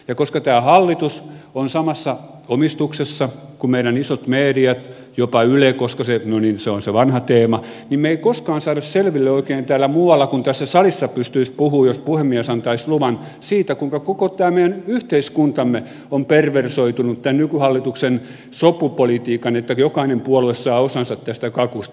ja koska tämä hallitus on samassa omistuksessa kuin meidän isot mediat jopa yle no niin se on se vanha teema niin me emme koskaan saa asiaa selville oikein täällä muualla kun tässä salissa pystyisi puhumaan jos puhemies antaisi luvan siitä kuinka koko tämä meidän yhteiskuntamme on perversoitunut tämän nykyhallituksen sopupolitiikan takia niin että jokainen puolue saa osansa tästä kakusta